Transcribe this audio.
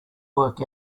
work